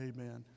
Amen